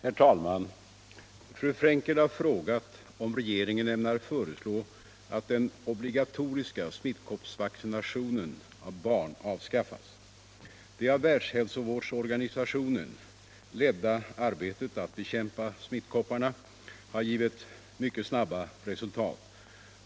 Herr talman! Fru Frenkel har frågat om regeringen ämnar föreslå att den obligatoriska smittkoppsvaccinationen av barn avskaffas. Det av Världshälsovårdsorganisationen ledda arbetet att bekämpa smittkopporna har givit mycket snabba resultat.